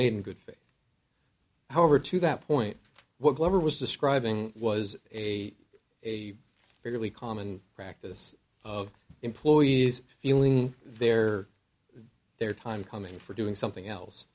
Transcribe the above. made in good faith however to that point whatever was describing was a a fairly common practice of employees feeling their their time coming for doing something else